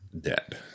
dead